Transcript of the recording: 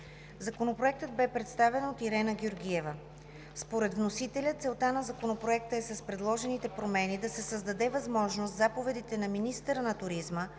Законопроектът бе представен от Ирена Георгиева. Според вносителя целта на Законопроекта е с предложените промени да се създаде възможност заповедите на министъра на туризма,